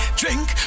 drink